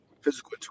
physical